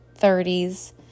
30s